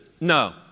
no